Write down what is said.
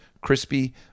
crispy